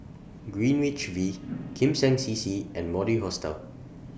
Greenwich V Kim Seng C C and Mori Hostel